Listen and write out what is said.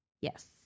Yes